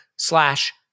Slash